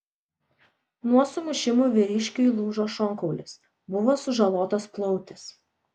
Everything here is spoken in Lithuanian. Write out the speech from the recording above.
nuo sumušimų vyriškiui lūžo šonkaulis buvo sužalotas plautis